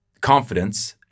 confidence